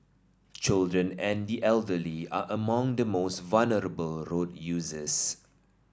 children and the elderly are among the most vulnerable road users